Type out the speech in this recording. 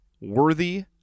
worthy